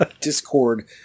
discord